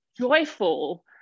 joyful